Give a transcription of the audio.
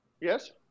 Yes